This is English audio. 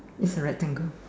is a rectangle